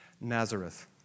Nazareth